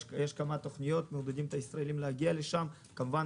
יש כמה תכניות לעודד ישראלים להגיע לשם: כמובן,